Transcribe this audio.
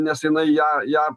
nes jinai ją ją